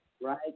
right